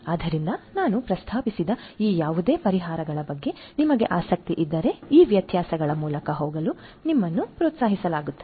ಆದ್ದರಿಂದ ನಾನು ಪ್ರಸ್ತಾಪಿಸಿದ ಈ ಯಾವುದೇ ಪರಿಹಾರಗಳ ಬಗ್ಗೆ ನಿಮಗೆ ಆಸಕ್ತಿ ಇದ್ದರೆ ಈ ವ್ಯತ್ಯಾಸಗಳ ಮೂಲಕ ಹೋಗಲು ನಿಮ್ಮನ್ನು ಪ್ರೋತ್ಸಾಹಿಸಲಾಗುತ್ತದೆ